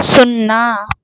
సున్నా